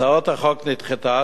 הצעת החוק נדחתה,